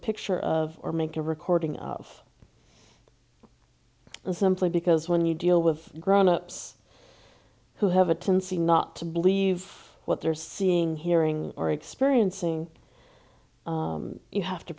picture of or make a recording of simply because when you deal with grownups who have a tendency not to believe what they're seeing hearing or experiencing you have to